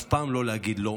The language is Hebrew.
אף פעם לא להגיד לא,